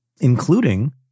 including